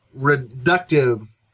reductive